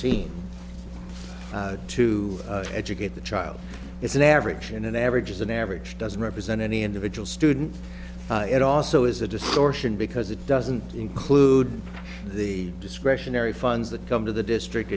n to educate the child is an average and an average is an average doesn't represent any individual student it also is a distortion because it doesn't include the discretionary funds that come to the district